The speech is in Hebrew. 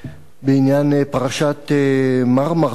בעניין פרשת "מרמרה",